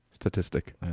statistic